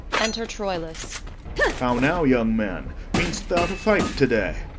enter troilus how now, young man! mean'st thou to fight to-day?